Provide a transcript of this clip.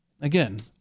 Again